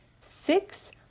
six